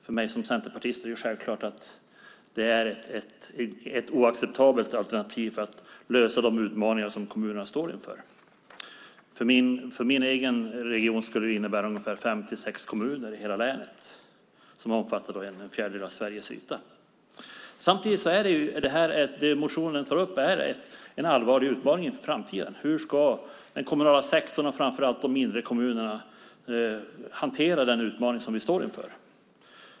För mig som centerpartist är detta självfallet ett oacceptabelt alternativ för att möta de utmaningar som kommunerna står inför. För min egen region skulle det innebära ungefär fem sex kommuner i hela länet, som omfattar en fjärdedel av hela Sveriges yta. Samtidigt är det som tas upp i motionen en allvarlig utmaning inför framtiden. Hur ska den kommunala sektorn och framför allt de mindre kommunerna hantera den utmaning som vi står inför?